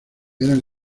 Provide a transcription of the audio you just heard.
eran